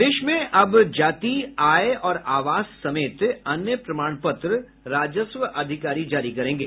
प्रदेश में अब जाति आय और आवास समेत अन्य प्रमाण पत्र राजस्व अधिकारी जारी करेंगे